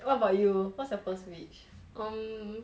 what about you what's your first wish um